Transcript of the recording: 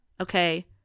okay